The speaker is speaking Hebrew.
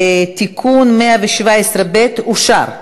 תיקון 117(ב) אושר.